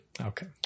okay